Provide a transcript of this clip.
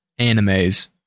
animes